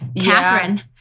Catherine